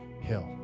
hill